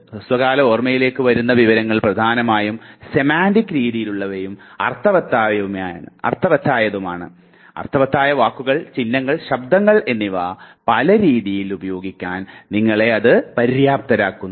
ഹ്രസ്വകാല ഓർമ്മയിലേക്ക് വരുന്ന വിവരങ്ങൾ പ്രധാനമായും സെമാൻറിക്ക് രീതിയിലുള്ളവയും അർത്ഥവത്തായവയുമാണ് അർത്ഥവത്തായ വാക്കുകൾ ചിഹ്നങ്ങൾ ശബ്ദങ്ങൾ എന്നിവ പല രീതിയിൽ ഉപയോഗിക്കാൻ നിങ്ങളെ പര്യാപ്തരാക്കുന്നു